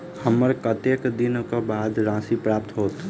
हमरा कत्तेक दिनक बाद राशि प्राप्त होइत?